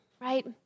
right